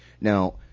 Now